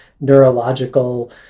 neurological